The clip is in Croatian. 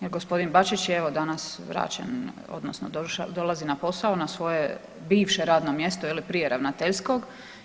Jer gospodin Bačić je evo danas vraćen, odnosno dolazi na posao na svoje bivše radno mjesto, dakle prije ravnateljskog.